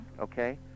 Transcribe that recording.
Okay